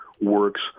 works